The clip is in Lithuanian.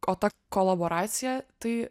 o ta kolaboracija tai